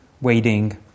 waiting